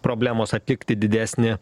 problemos atlikti didesnį